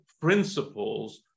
principles